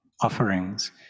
offerings